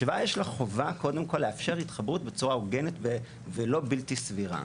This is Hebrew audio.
שבא יש לה חובה לאפשר התחברות בצורה הוגנת ולא בלתי סבירה.